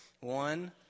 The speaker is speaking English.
One